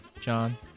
john